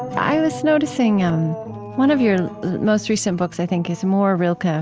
i was noticing one of your most recent books, i think, is more rilke,